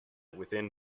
within